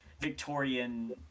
Victorian